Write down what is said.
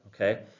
okay